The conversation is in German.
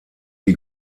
die